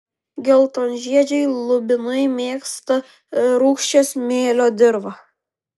geltonžiedžiai lubinai mėgsta rūgščią smėlio dirvą